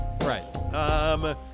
Right